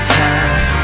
time